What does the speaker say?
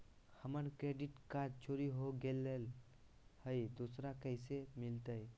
हमर credit card चोरी हो गेलय हई, दुसर कैसे मिलतई?